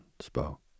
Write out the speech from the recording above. spoke